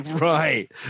right